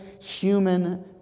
human